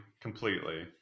completely